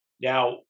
Now